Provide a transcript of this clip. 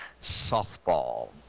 softball